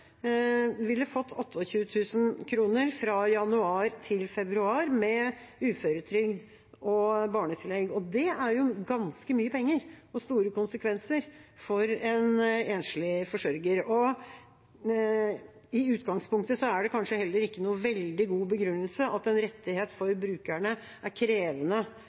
ville fått 28 000 kr fra januar til februar med uføretrygd og barnetillegg. Det er jo ganske mye penger og har store konsekvenser for en enslig forsørger. I utgangspunktet er det kanskje heller ikke noen veldig god begrunnelse at en rettighet for brukerne er krevende